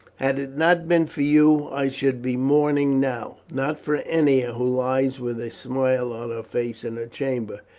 had it not been for you, i should be mourning now, not for ennia who lies with a smile on her face in her chamber,